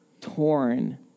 torn